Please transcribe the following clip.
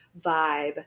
vibe